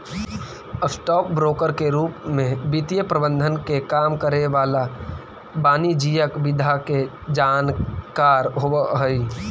stock broker के रूप में वित्तीय प्रबंधन के काम करे वाला वाणिज्यिक विधा के जानकार होवऽ हइ